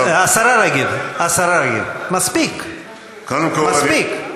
השרה רגב, השרה רגב, מספיק, מספיק.